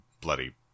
bloody